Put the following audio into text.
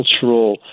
cultural